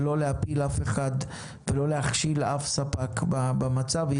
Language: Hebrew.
ולא להפיל אף אחד ולא להכשיל אף ספק במצב.